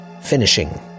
finishing